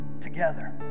together